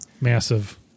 massive